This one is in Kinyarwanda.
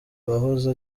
wahoze